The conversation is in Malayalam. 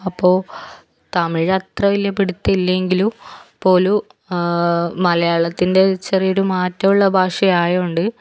അപ്പോൾ തമിഴ് അത്ര വലിയ പിടുത്തമില്ലേങ്കിലും പോലും മലയാളത്തിൻ്റെ ഒര് ചെറിയൊരു മാറ്റവുള്ള ഭാഷയയായത് കൊണ്ട്